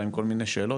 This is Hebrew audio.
היו להם כל מיני שאלות,